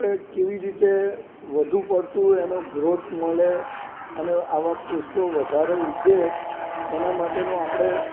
આપણે કેવી રીતે વધુ પડતું એનો ગ્રોથ મળે અને આવા પુષ્પો વધારે ઉગે એના માટેનું આપણે